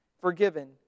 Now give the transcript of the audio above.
forgiven